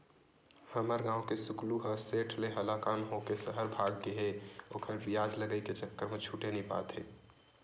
हमर गांव के सुकलू ह सेठ ले हलाकान होके सहर भाग गे हे ओखर बियाज लगई के चक्कर म छूटे नइ पावत हे